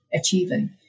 achieving